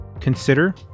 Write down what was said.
consider